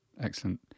Excellent